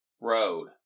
road